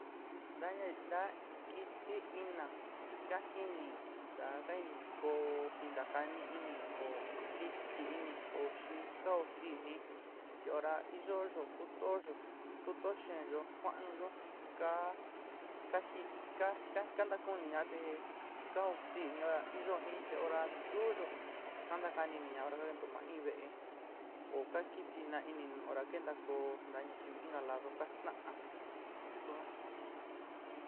kiti ina chi ka jiní nta ka jini ko inta kani ini oó kitií iní ó xi kao sií inií chi horá iyo yoku kutóyo kutó xeenyó skua'anuyó chi ká jit ka kantakuniña te kaosiíni iyo jin te hora tuúyo chi kanta kani iniña hora ka kentó ma in ve'é oó ka kitina nu hora kentakoó na nayivi inka lado ka staan sua.